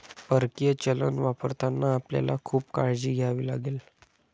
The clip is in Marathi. परकीय चलन वापरताना आपल्याला खूप काळजी घ्यावी लागेल